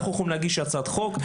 אנחנו יכולים להגיש הצעת חוק,